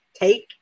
take